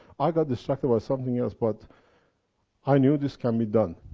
i got distracted by something else, but i knew this can be done,